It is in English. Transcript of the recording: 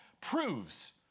proves